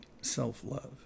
self-love